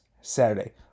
Saturday